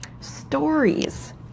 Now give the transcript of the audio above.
stories